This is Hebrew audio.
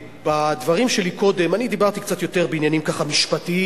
בדברים שלי קודם אני דיברתי קצת יותר בעניינים משפטיים,